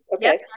Yes